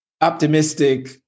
optimistic